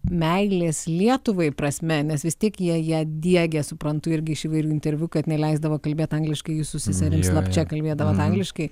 meilės lietuvai prasme nes vis tiek jie jie diegė suprantu irgi iš įvairių interviu kad neleisdavo kalbėt angliškai jūs su seserim slapčia kalbėdavot angliškai